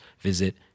visit